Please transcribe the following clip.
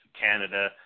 Canada